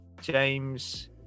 James